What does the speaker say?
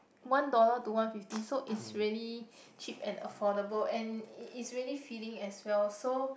one dollar to one fifty so is really cheap and affordable and it is really filling as well so